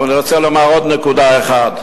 אבל אני רוצה לומר עוד נקודה אחת: